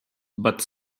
but